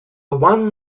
one